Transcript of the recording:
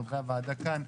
חברי הוועדה כאן,